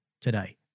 today